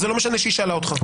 זה לא משנה שהיא שאלה אותך.